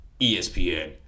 ESPN